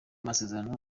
masezerano